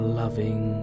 loving